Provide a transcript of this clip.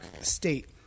state